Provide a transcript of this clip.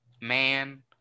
man